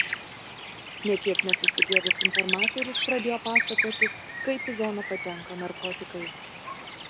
nė kiek nesusigėdęs informatorius pradėjo pasakoti kaip į zoną patenka narkotikai